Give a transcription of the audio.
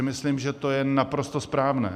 Myslím si, že to je naprosto správné.